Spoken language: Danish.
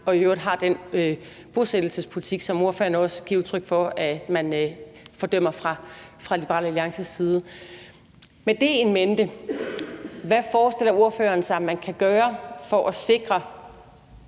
og i øvrigt har den bosættelsespolitik, som ordføreren også giver udtryk for man fordømmer fra Liberal Alliances side. Med det in mente, hvad foreslår ordføreren så man kan gøre for at sikre,